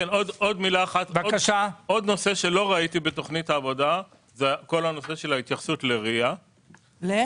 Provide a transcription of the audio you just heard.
עוד נושא שלא ראיתי בתוכנית העבודה זה הנושא של ההתייחסות ל-RIA זה